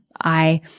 I-